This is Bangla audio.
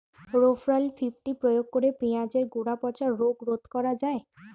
রোভরাল ফিফটি প্রয়োগ করে পেঁয়াজের গোড়া পচা রোগ রোধ করা যায়?